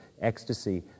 ecstasy